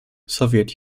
soviet